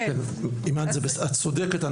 את צודקת.